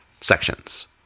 sections